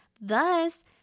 Thus